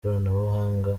ikoranabuhanga